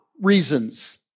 reasons